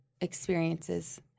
experiences